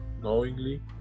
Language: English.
knowingly